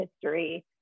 history